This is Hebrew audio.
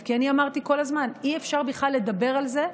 כי אמרתי כל הזמן: אי-אפשר בכלל לדבר על זה,